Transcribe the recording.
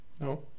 No